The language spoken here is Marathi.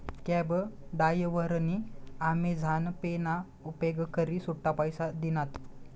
कॅब डायव्हरनी आमेझान पे ना उपेग करी सुट्टा पैसा दिनात